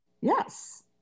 yes